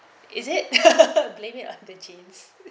is it blame it on the genes